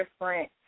different